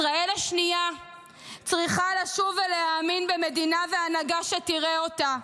ישראל השנייה צריכה לשוב ולהאמין במדינה והנהגה שתראה אותה.